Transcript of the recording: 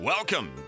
Welcome